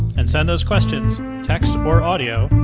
and send those questions text or audio